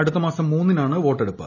അടുത്ത മാസം മൂന്നിനാണ് വോട്ടെടുപ്പ്